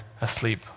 asleep